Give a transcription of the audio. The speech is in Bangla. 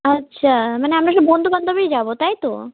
আচ্ছা মানে আমরা সব বন্ধু বান্ধবীই যাব তাই তো